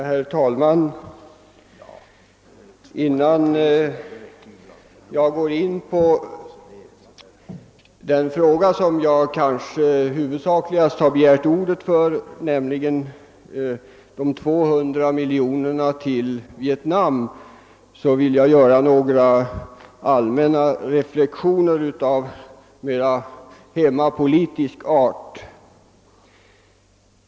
Herr talman! Innan jag går in på den fråga som jag huvudsakligast har begärt ordet för, nämligen bidraget på 200 miljoner kronor till Nordvietnam, vill jag göra några allmänna reflexioner av mera hemmapolitisk art.